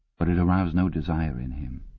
but it aroused no desire in him,